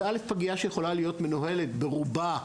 זאת פגייה שיכולה להיות מנוהלת ברובה,